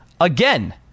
again